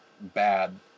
bad